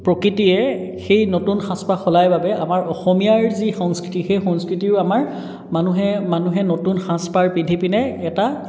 প্ৰকৃতিয়ে সেই নতুন সাজপাৰ সলায় বাবে আমাৰ অসমীয়াৰ যি সংস্কৃতি সেই সংস্কৃতিও আমাৰ মানুহে মানুহে নতুন সাজপাৰ পিন্ধি পিনে এটা